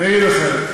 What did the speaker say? אני אגיד אחרת,